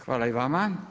Hvala i vama.